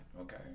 Okay